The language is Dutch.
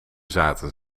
zaten